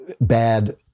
bad